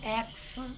X